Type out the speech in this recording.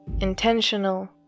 Intentional